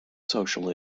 social